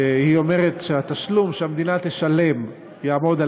והיא אומרת שהתשלום שתשלם המדינה יעמוד על